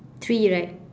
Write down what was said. three right